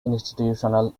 institutional